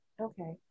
okay